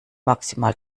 maximal